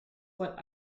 what